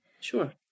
Sure